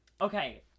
Okay